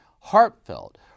heartfelt